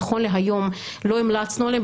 שנכון להיום לא המלצנו עליהם.